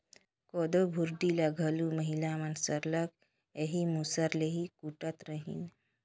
कोदो भुरडी ल घलो महिला मन सरलग एही मूसर ले ही कूटत रहिन